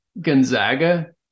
Gonzaga